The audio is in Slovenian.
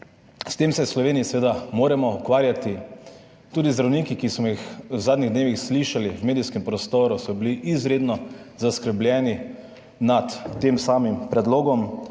S tem se v Sloveniji seveda moramo ukvarjati, tudi zdravniki, ki smo jih v zadnjih dneh slišali v medijskem prostoru, so bili izredno zaskrbljeni nad tem predlogom,